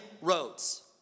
roads